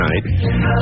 tonight